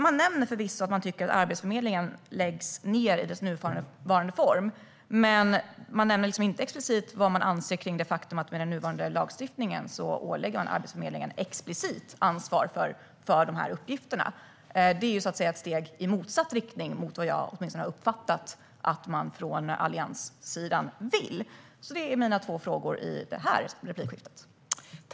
Man nämner förvisso att man tycker att Arbetsförmedlingen i dess nuvarande form borde läggas ned, men man nämner inte vad man anser om det faktum att Arbetsförmedlingen med nuvarande lagstiftning åläggs explicit ansvar för dessa uppgifter. Detta är ett steg i motsatt riktning mot vad åtminstone jag har uppfattat att man från Alliansens sida vill. Detta var mina två frågor i det här replikskiftet.